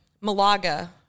Malaga